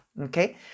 okay